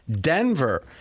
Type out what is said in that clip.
Denver